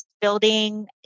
building